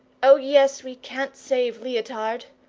oh, yes, we can't save leotard,